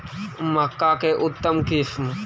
मक्का के उतम किस्म?